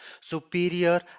superior